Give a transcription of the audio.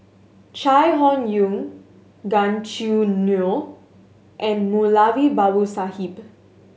Chai Hon Yoong Gan Choo Neo and Moulavi Babu Sahib